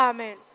Amen